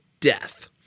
death